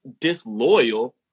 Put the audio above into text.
Disloyal